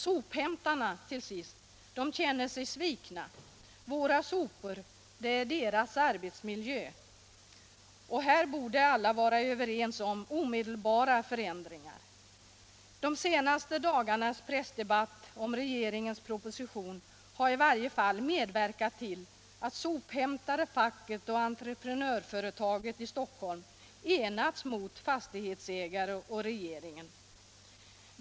Sophämtarna känner sig svikna. Våra sopor är deras arbetsmiljö. Borde inte alla vara överens om omedelbara förändringar? De senaste dagarnas pressdebatt om regeringens proposition har i varje fall medverkat till att sophämtare, facket och entreprenörföretaget i Stockholm enats mot fastighetsägare och regeringen.